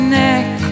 neck